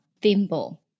thimble